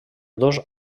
dos